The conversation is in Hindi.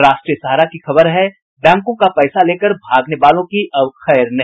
राष्ट्रीय सहारा की खबर है बैंकों का पैसा लेकर भागने वालों की अब खैर नहीं